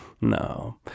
No